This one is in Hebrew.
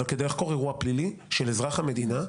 אבל כדי לחקור אירוע פלילי של אזרח המדינה,